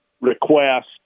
request